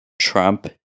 Trump